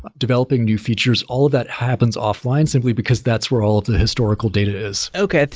developing new features, all of that happens offline, simply because that's where all the historical data is okay.